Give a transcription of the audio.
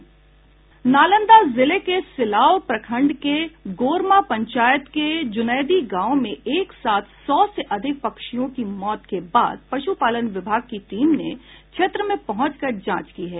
नांलदा जिले के सिलाव प्रखंड के गोरमा पंचायत के जुनैदी गांव में एक साथ सौ से अधिक पक्षियों की मौत के बाद पशुपालन विभाग की टीम ने क्षेत्र में पहुंचकर जांच की है